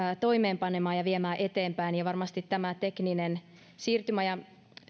toimeenpanemaan ja viemään eteenpäin varmasti tämä tekninen siirtymäajan